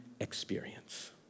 experience